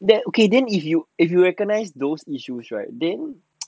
that okay then if you if you recognise those issues right then